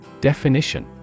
Definition